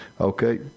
Okay